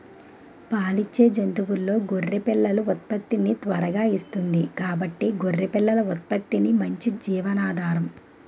పాలిచ్చే జంతువుల్లో గొర్రె పిల్లలు ఉత్పత్తిని త్వరగా ఇస్తుంది కాబట్టి గొర్రె పిల్లల ఉత్పత్తి మంచి జీవనాధారం